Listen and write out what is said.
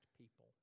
people